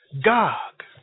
Gog